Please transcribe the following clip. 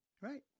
right